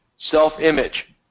Self-image